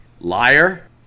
liar